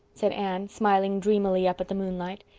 said anne, smiling dreamily up at the moonlight.